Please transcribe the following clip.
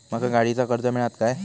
माका गाडीचा कर्ज मिळात काय?